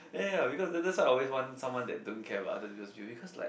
ya ya because I always want someone that don't care about others because cause like